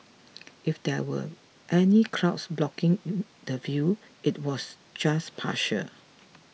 if there were any clouds blocking in the view it was just partial